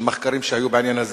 של מחקרים שהיו בעניין הזה.